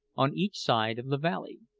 on each side of the valley.